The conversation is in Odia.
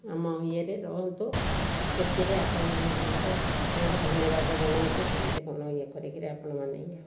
ଆମ ଇଏରେ ରହନ୍ତୁ ଖୁସିରେ ଆପଣମାନେ ରୁହନ୍ତୁ ଆପଣଙ୍କୁ ଧନ୍ୟବାଦ ଜଣଉଛୁ କେମିତି କ'ଣ ଇଏ କରିକିରି ଆପଣମାନେ